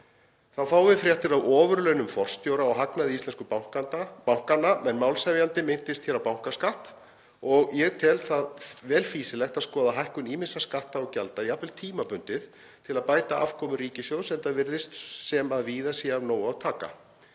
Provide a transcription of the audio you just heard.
Þá fáum við fréttir af ofurlaunum forstjóra og hagnaði íslensku bankanna en málshefjandi minntist á bankaskatt og ég tel það vel fýsilegt að skoða hækkun ýmissa skatta og gjalda, jafnvel tímabundið, til að bæta afkomu ríkissjóðs, enda virðist sem víða sé af nógu að taka.